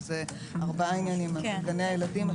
שזה ארבעה עניינים גני הילדים,